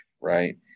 right